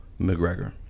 McGregor